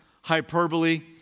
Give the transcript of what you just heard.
hyperbole